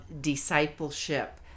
discipleship